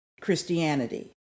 Christianity